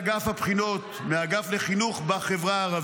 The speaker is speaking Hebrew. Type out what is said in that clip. כמה שנים ומתייחס למועמדים מהמגזר הערבי,